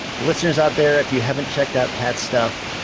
listeners out there, if you haven't checked out pat's stuff,